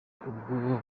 ubwo